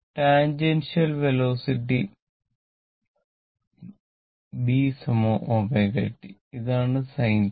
ടാജിന്റില് velocity B ω t ഇതാണ് sin θ